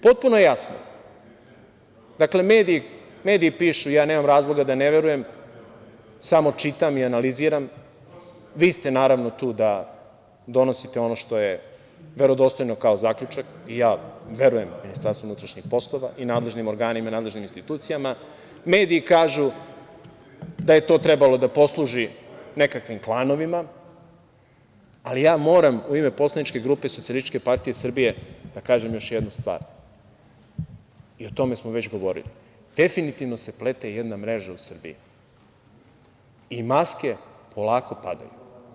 Potpuno je jasno, dakle mediji pišu, ja nemam razloga da ne verujem, samo čitam i analiziram, vi ste naravno tu da donosite ono što je verodostojno kao zaključak i ja verujem Ministarstvu unutrašnjih poslova i nadležnim organima i nadležnim institucijama, mediji kažu da je to trebalo da posluži nekakvim klanovima, ali ja moram u ime poslaničke grupe SPS da kažem još jednu stvar i o tome smo već govorili- definitivno se plete jedna mreža u Srbiji i maske polako padaju.